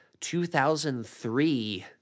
2003